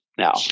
Now